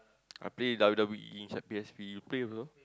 I play W_W_E inside P_S_P you play also